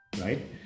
right